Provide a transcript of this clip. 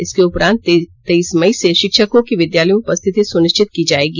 इसके उपरांत तेइस मई से शिक्षकों की विद्यालयों में उपस्थिति सुनिश्चित की जाएगी